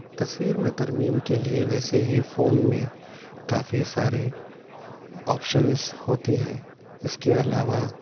تصویر میں ترمیم کے لیے ویسے ہی فون میں کافی سارے آپشنز ہوتی ہیں اس کے علاوہ